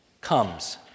comes